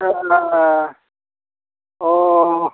जारला अ